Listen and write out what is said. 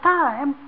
time